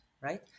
right